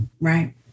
Right